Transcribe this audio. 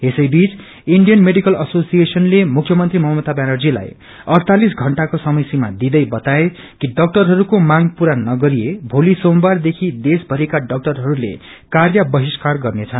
यसै बीच Indian medical एशोसिएशनले मुख्मन्त्री ममता ब्यानर्जीलाई अड़तालिस घण्टाको समय सिमा दिँदै बताए कि डाकटररहरूको मांग पुरा नगरिए भोलि सोमबारदेखि देशभरिका डाक्टरहरूले कार्य बहिष्कार गर्ने छन्